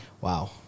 wow